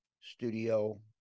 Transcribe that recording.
studio